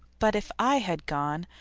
but if i had gone,